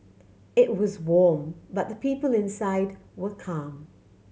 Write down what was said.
it was warm but the people inside were calm